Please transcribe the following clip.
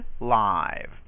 live